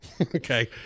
Okay